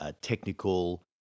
technical